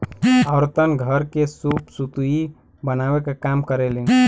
औरतन घर के सूप सुतुई बनावे क काम करेलीन